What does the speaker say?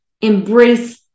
embrace